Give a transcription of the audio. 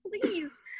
please